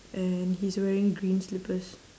and he's wearing green slippers